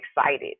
excited